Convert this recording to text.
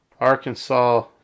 Arkansas